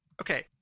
Okay